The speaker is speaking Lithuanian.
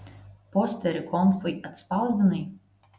posterį konfai atspausdinai